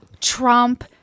Trump